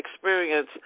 experience